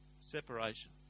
Separation